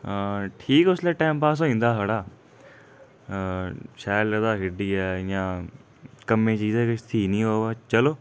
हां ठीक उसलै टैम पास होई जंदा साढ़ा शैल लगदा खेढियै इयां कम्मै दी चीज ते किश थी नेईं ओह् चलो